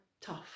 tough